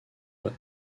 doit